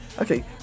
Okay